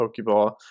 Pokeball